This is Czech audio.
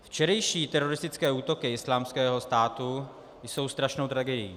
Včerejší teroristické útoky Islámského státu jsou strašnou tragédií.